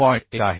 1 आहे